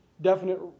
definite